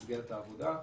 העבודה.